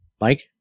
Mike